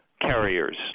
Carriers